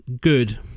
good